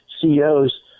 CEOs